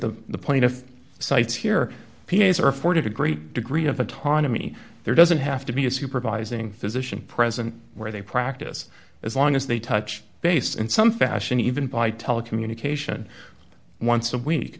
the plaintiff cites here p s are afforded a great degree of autonomy there doesn't have to be a supervising physician present where they practice as long as they touch base in some fashion even by telecommunication once a week